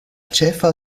ĉefa